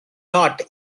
not